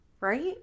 Right